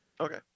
Okay